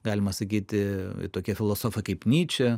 galima sakyti tokie filosofai kaip nyčė